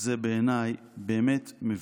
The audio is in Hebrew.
זה בעיניי באמת מביש.